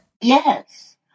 Yes